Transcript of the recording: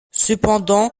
cependant